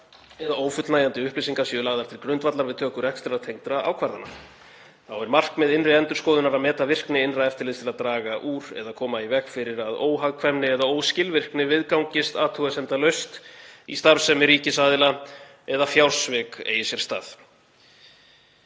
eða ófullnægjandi upplýsingar séu lagðar til grundvallar við töku rekstrartengdra ákvarðana. Þá er markmið innri endurskoðunar að meta virkni innra eftirlits til að draga úr eða koma í veg fyrir að óhagkvæmni eða óskilvirkni viðgangist athugasemdalaust í starfsemi ríkisaðila eða fjársvik eigi sér stað.“